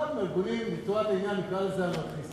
אחד מהארגונים, לטובת העניין, נקרא לזה אנרכיסטים.